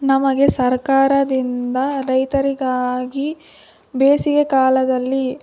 ನಮಗೆ ಸರ್ಕಾರದಿಂದ ರೈತರಿಗಾಗಿ ಬೇಸಿಗೆ ಕಾಲದಲ್ಲಿ